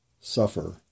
suffer